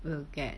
will get